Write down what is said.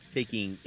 taking